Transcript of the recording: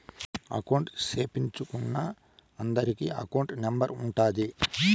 account సేపిచ్చుకున్నా అందరికి account number ఉంటాది